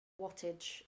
wattage